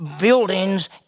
buildings